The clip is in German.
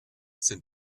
sind